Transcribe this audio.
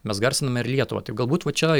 mes garsiname ir lietuvą tai galbūt va čia